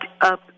up